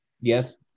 Yes